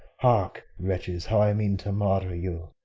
hark, wretches! how i mean to martyr you.